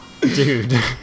Dude